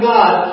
God